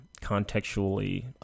contextually